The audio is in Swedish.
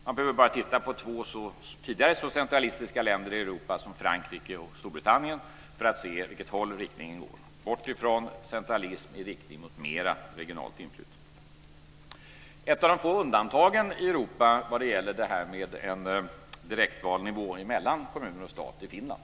Man behöver bara titta på två tidigare så centralistiska länder i Europa som Frankrike och Storbritannien för att se i vilken riktning utvecklingen går - bort från centralism i riktning mot mera regionalt inflytande. Ett av de få undantagen i Europa när det gäller en direktvald nivå mellan kommuner och stat är Finland.